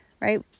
Right